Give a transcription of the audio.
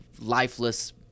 lifeless